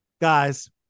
Guys